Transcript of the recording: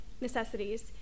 necessities